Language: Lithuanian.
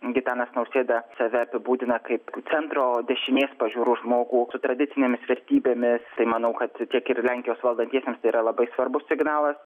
gitanas nausėda save apibūdina kaip centro dešinės pažiūrų žmogų su tradicinėmis vertybėmis tai manau kad tiek ir lenkijos valdantiesiems tai yra labai svarbus signalas